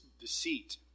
deceit